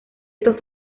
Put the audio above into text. estos